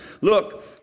look